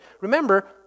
Remember